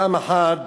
פעם אחת